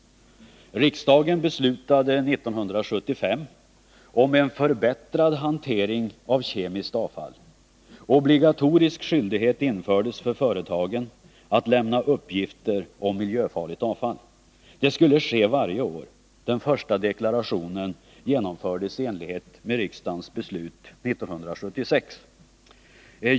Riksdagen beslutade 1975 om en förbättrad hantering av kemiskt avfall. Obligatorisk skyldighet infördes för företagen att lämna uppgifter om miljöfarligt avfall. Det skulle ske varje år. Den första deklarationen genomfördes i enlighet med riksdagens beslut 1976.